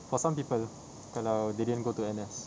for some people kalau they didn't go to N_S